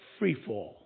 freefall